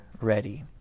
ready